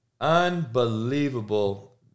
unbelievable